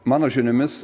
mano žiniomis